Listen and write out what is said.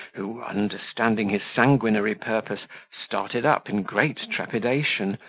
who, understanding his sanguinary purpose, started up in great trepidation,